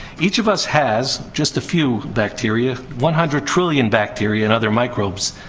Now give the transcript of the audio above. each of us has just a few bacteria, one hundred trillion bacteria and other microbes,